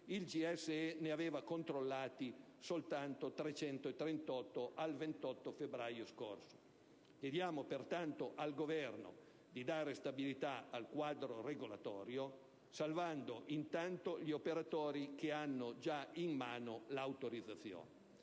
il GSE ne aveva controllati, al 28 febbraio scorso, soltanto 338. Chiediamo pertanto al Governo di dare stabilità al quadro regolatorio, salvando intanto gli operatori che hanno già in mano l'autorizzazione.